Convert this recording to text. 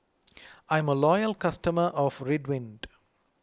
I'm a loyal customer of Ridwind